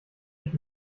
ich